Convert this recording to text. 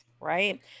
right